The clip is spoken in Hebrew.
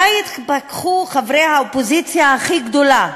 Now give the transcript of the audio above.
מתי יתפכחו חברי האופוזיציה הכי גדולה,